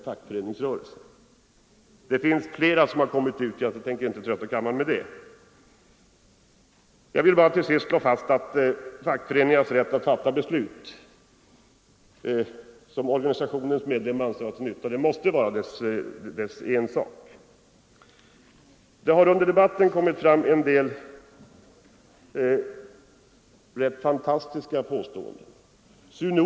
gerkrafterna i Sveriges Riksdag skall inte blanda sig i vilka beslut fackföreningarna fattar, vare sig det gäller anslutning till Arbetarekommun Jag vill till sist slå fast att fackföreningarnas rätt att fatta beslut som organisationens medlemmar anser vara till nytta för sin organisation måste vara fackföreningarnas ensak. Det har under debatten gjorts en del rätt fantastiska påståenden.